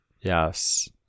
Yes